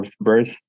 birth